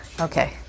Okay